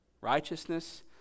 righteousness